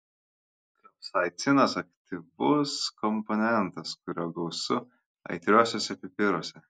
kapsaicinas aktyvus komponentas kurio gausu aitriuosiuose pipiruose